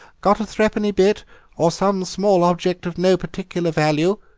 got a three-penny bit or some small object of no particular value?